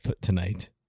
tonight